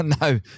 No